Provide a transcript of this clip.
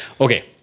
okay